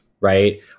right